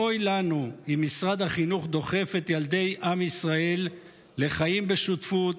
אוי לנו אם משרד החינוך דוחף את ילדי עם ישראל לחיים בשותפות,